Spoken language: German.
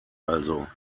also